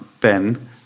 Ben